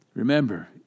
Remember